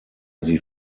sie